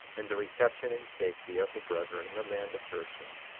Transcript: and the reception and safety of the brethren in the land of jershon.